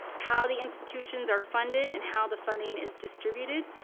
how the institutions are funded and how the funding is distributed.